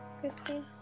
christine